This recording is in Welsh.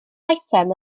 eitem